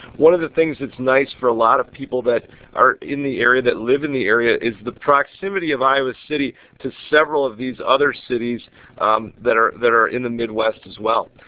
one of the things that is nice for lot people that are in the area that live in the area, is the proximity of iowa city to several of these other cities that are that are in the midwest as well.